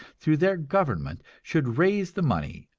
through their government, should raise the money,